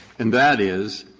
and that is,